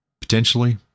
potentially